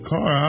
Car